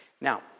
Now